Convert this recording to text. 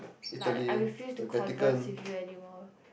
is like I refuse to converse with you anymore